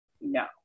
no